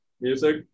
music